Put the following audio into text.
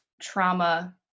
trauma